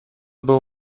był